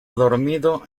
dormido